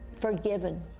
Forgiven